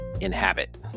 inhabit